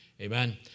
Amen